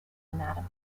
anatomy